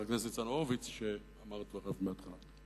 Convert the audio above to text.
שאמר את דבריו בהתחלה.